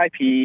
IP